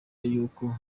yuko